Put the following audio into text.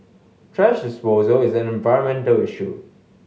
thrash disposal is an environmental issue